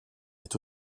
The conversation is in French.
est